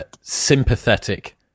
sympathetic